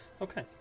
Okay